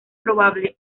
probable